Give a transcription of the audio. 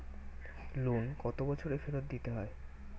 Loan কত বছরে ফেরত দিতে হয়?